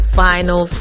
final